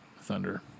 Thunder